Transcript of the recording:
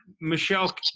Michelle